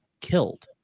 killed